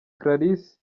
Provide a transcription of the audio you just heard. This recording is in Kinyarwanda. clarisse